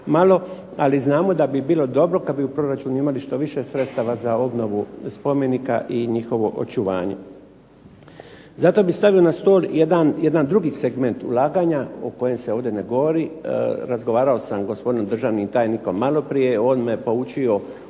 Ali znamo da bi bilo dobro kad bi u proračunu imali što više sredstava za obnovu spomenika i njihovo očuvanje. Zato bih stavio na stol jedan drugi segment ulaganja o kojem se ovdje ne govori. Razgovarao sam sa gospodinom državnim tajnikom malo prije. On me poučio u